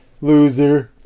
loser